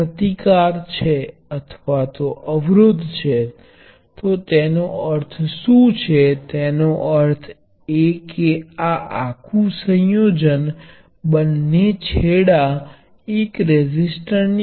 હવે હું લૂપ બનાવું છું અને કિર્ચહોફના વોલ્ટેજના નિયમો ને લાગુ કરું છું તે મને કહે છે કે V1 એ V2ની બરાબર હોવો જોઈએ